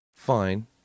fine